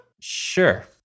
Sure